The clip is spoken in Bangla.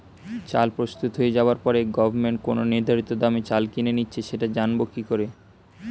চাল প্রস্তুত হয়ে যাবার পরে গভমেন্ট কোন নির্ধারিত দামে চাল কিনে নিচ্ছে সেটা জানবো কি করে?